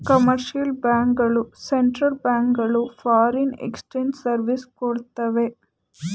commercial bank ಗಳು central bank ಗಳು foreign exchange service ಕೊಡ್ತವೆ